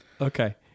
Okay